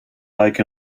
like